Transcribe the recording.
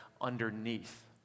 underneath